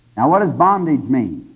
what does bondage mean?